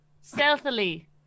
stealthily